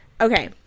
Okay